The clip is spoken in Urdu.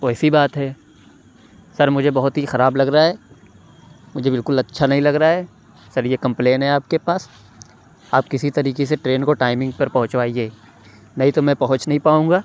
ویسی بات ہے سر مجھے بہت ہی خراب لگ رہا ہے مجھے بالکل اچھا نہیں لگ رہا ہے سر یہ کمپلین ہے آپ کے پاس آپ کسی طریقے سے ٹرین کو ٹائمنگ پر پہنچوائیے نہیں تو میں پہنچ نہیں پاؤں گا